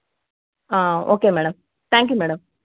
okay madam thank you madam